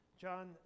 John